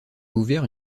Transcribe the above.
ouvert